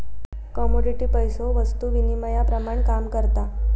commodity पैसो वस्तु विनिमयाप्रमाण काम करता